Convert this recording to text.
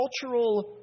cultural